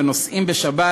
ונוסעים בשבת,